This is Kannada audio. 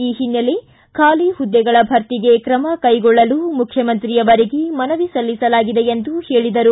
ಈ ಹಿನ್ನೆಲೆ ಖಾಲಿ ಹುದ್ದೆಗಳ ಭರ್ತಿಗೆ ತ್ರಮ ಕೈಗೊಳ್ಳಲು ಮುಖ್ಯಮಂತ್ರಿ ಅವರಿಗೆ ಮನವಿ ಸಲ್ಲಿಸಲಾಗಿದೆ ಎಂದು ಹೇಳಿದರು